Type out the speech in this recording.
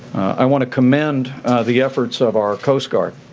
i want to commend the efforts of our coast guard.